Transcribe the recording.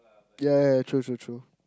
ya ya true true true